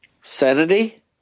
Sanity